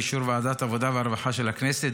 באישור ועדת העבודה והרווחה של הכנסת,